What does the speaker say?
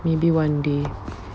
maybe one day and it'll happen